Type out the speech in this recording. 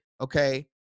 okay